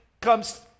Comes